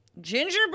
Gingerbread